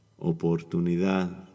oportunidad